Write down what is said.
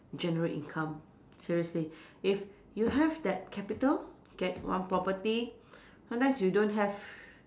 generate income seriously if you have that capital get one property sometimes you don't have